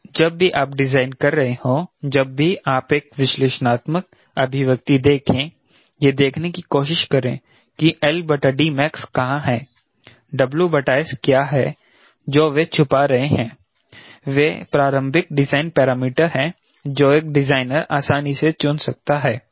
तो जब भी आप डिजाइन कर रहे हो जब भी आप एक विश्लेषणात्मक अभिव्यक्ति देखें यह देखने की कोशिश करें कि max कहां है WS क्या है जो वे छुपा रहे हैं वे प्रारंभिक डिजाइन पैरामीटर हैं जो एक डिजाइनर आसानी से चुन सकता है